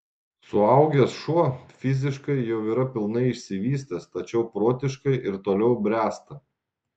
suaugęs šuo fiziškai jau yra pilnai išsivystęs tačiau protiškai ir toliau bręsta